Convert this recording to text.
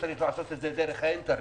צריך לעשות את זה דרך האינטרנט.